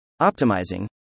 optimizing